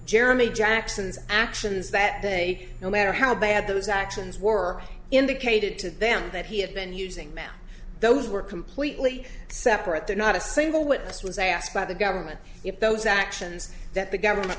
jeremy jackson's actions that day no matter how bad those actions were in the catered to them that he had been using ma'am those were completely separate there not a single one this was asked by the government if those actions that the government